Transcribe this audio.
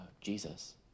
Jesus